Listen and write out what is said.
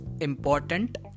important